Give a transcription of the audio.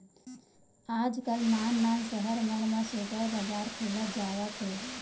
आजकाल नान नान सहर मन म सुपर बजार खुलत जावत हे